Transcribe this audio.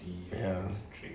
ya